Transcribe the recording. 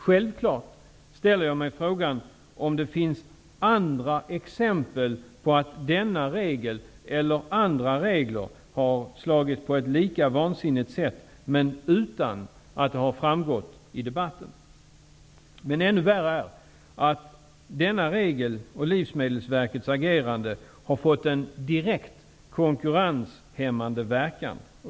Självfallet ställer jag mig frågan om det finns andra exempel på att denna regel eller andra regler har slagit på ett lika vansinnigt sätt utan att det har framgått i debatten. Ännu värre är att denna regel och Livsmedelsverkets agerande har fått en direkt konkurrenshämmande verkan.